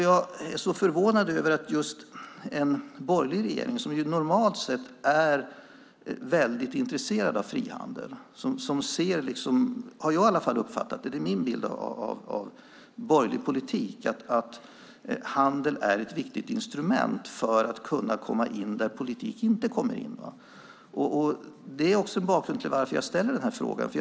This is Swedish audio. Jag är förvånad över detta från just en borgerlig regering, som normalt sett är intresserad av frihandel och som ser att handel är ett viktigt instrument för att kunna komma in där politik inte kommer in. Så har jag uppfattat det. Min bild av borgerlig politik är att handel är ett viktigt instrument för att kunna komma in där politik inte kommer in. Det är också bakgrunden till att jag framställer denna interpellation.